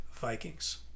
Vikings